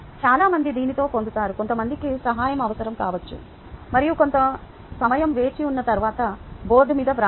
చాలామంది దీనితో పొందుతారు కొంతమందికి సహాయం అవసరం కావచ్చు మరియు కొంత సమయం వేచి ఉన్న తరువాత బోర్డు మీద వ్రాయండి